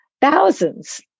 thousands